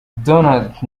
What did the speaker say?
donald